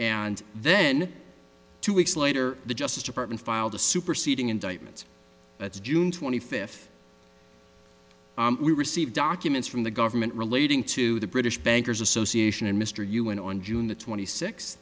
and then two weeks later the justice department filed a superseding indictment that's june twenty fifth we received documents from the government relating to the british bankers association and mr ewing on june the twenty six